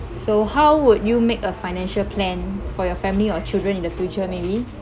so how would you make a financial plan for your family or children in the future maybe